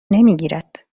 نمیگیرد